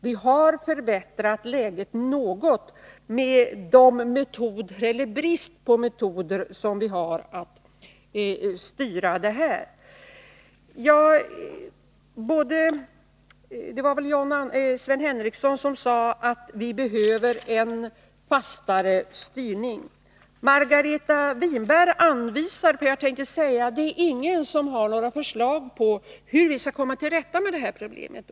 Vi har förbättrat läget något med hjälp av de styrmetoder som vi har — eller snarare trots den brist på styrmetoder som råder. Jag tror att det var Sven Henricsson som sade att vi behöver en fastare styrning. Det är ingen som har några förslag om hur vi skall komma till rätta med detta problem.